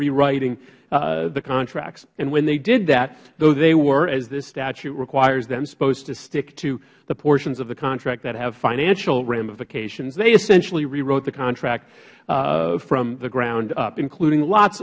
rewriting the contracts when they did that though they were as this statute requires them supposed to stick to the portions of the contract that have financial ramifications they essentially rewrote the contract from the ground up including lot